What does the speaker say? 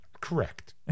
correct